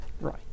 Right